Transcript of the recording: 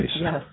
Yes